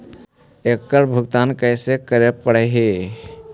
एकड़ भुगतान कैसे करे पड़हई?